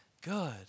good